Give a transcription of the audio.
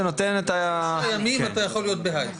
זה נותן ארבע ימים אתה יכול להיות בהיי.